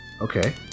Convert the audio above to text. Okay